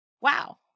Wow